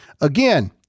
again